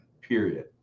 period